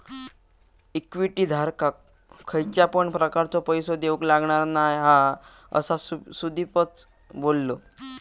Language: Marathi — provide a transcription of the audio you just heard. इक्विटी धारकाक खयच्या पण प्रकारचो पैसो देऊक लागणार नाय हा, असा सुदीपच बोललो